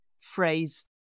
phrase